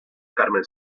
carmen